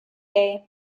day